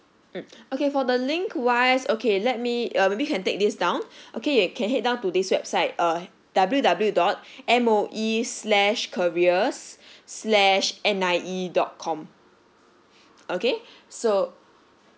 um okay for the link wise okay let me uh maybe you can take this down okay can head down to this website uh W W dot M O E slash careers slash N I E dot com okay so